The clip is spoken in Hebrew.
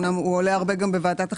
הוא עולה הרבה גם בוועדת החינוך,